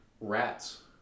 rats